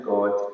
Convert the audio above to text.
God